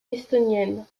estonienne